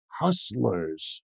Hustlers